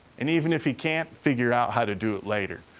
and even if you can't, figure out how to do it later.